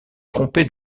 trompé